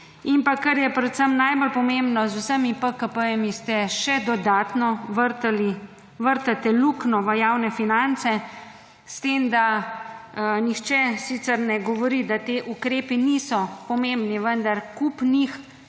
in pa kar je predvsem najbolj pomembno z vsemi PKP-ji še dodatno vrtate luknjo v javne finance s tem, da nihče sicer ne govori, da ti ukrepi niso pomembni. Vendar kup njih